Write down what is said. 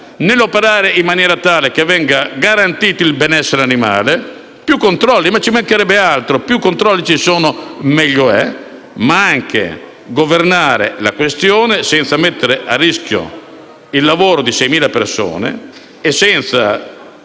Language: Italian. operando in maniera tale che venga garantito il benessere animale, facendo più controlli - ci mancherebbe altro, più controlli ci sono e meglio è - ma anche governando la questione senza mettere a rischio il lavoro di 6.000 persone e senza